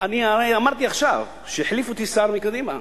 אני הרי אמרתי עכשיו שהחליף אותי שר מקדימה,